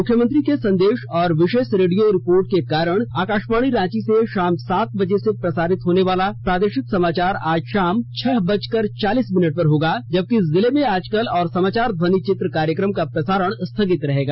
मुख्यमंत्री के संदेश और विशेष रेडियो रिपोर्ट के कारण आकाशवाणी रांची से शाम सात बजे प्रसारित होनेवाला प्रादेशिक समाचार आज शाम छह बजकर चालीस मिनट पर होगा जबकि जिले में आजकल और समाचार ध्वनि चित्र कार्यक्रम का प्रसारण स्थगित रहेगा